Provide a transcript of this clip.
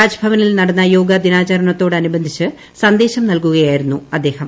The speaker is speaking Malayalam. രാജ്ഭവനിൽ നടന്ന യോഗാ ദിനാചരണത്തോട് അനുബന്ധിച്ച് സന്ദേശം നൽകുകയായിരുന്നു അദ്ദേഹം